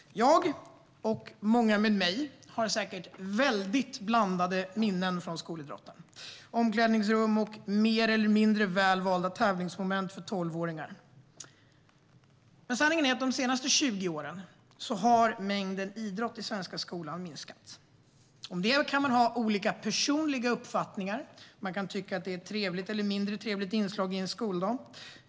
Jag, och många med mig, har säkert väldigt blandade minnen från skolidrotten, omklädningsrum och mer och mindre väl valda tävlingsmoment för tolvåringar. Sanningen är att de senaste 20 åren har mängden idrott i svenska skolan minskat. Om detta kan man ha olika personliga uppfattningar. Man kan tycka att idrott är ett trevligt eller ett mindre trevligt inslag i en skoldag.